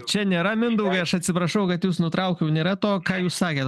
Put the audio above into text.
čia nėra mindaugai aš atsiprašau kad jus nutraukiau nėra to ką jūs sakėt